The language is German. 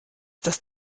das